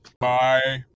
Bye